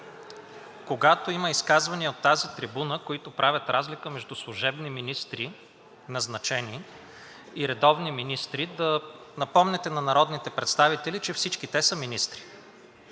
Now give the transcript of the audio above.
когато има изказвания от тази трибуна, които правят разлика между служебни министри, назначени и редовни министри, да напомняте на народните представители, че всички те са министри